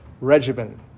regimen